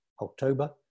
October